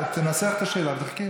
תנסח את השאלה ותחכה.